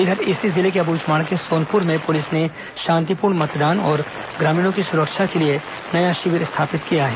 इधर इसी जिले के अबूझमाड़ के सोनपुर में पुलिस ने शांतिपूर्ण मतदान और ग्रामीणों की सुरक्षा के लिए नया शिविर स्थापित किया है